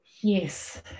Yes